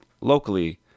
locally